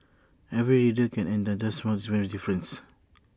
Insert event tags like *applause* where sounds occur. every reader can and does *unintelligible* very difference